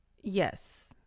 yes